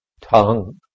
tongue